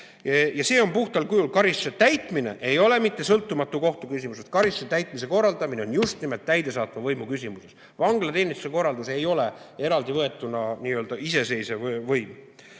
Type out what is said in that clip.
mõistlik teha. Karistuse täitmine ei ole mitte sõltumatu kohtu küsimus. Karistuse täitmise korraldamine on just nimelt täidesaatva võimu küsimus. Vanglateenistuse korraldus ei ole eraldivõetuna n-ö iseseisev võim.